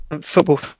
Football